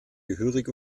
gehörig